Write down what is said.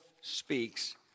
speaks